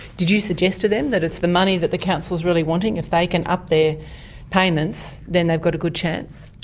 did you suggest to them that it's the money that the council's really wanting? if they can up their payments, then they've got a good chance?